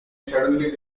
suddenly